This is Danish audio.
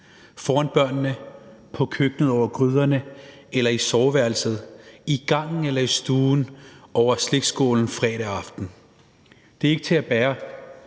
foran børnene, i køkkenet over gryderne eller i soveværelset, i gangen eller i stuen, over slikskålen fredag aften. Det er slet og ret